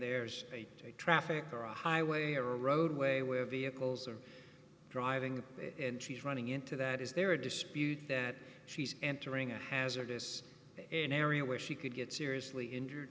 there's a traffic or a highway or a roadway where vehicles are driving and she's running into that is there a dispute that she's entering a hazardous area where she could get seriously injured